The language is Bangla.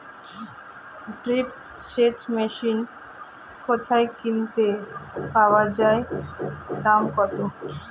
ড্রিপ সেচ মেশিন কোথায় কিনতে পাওয়া যায় দাম কত?